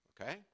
okay